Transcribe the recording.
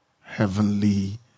heavenly